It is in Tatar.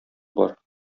бар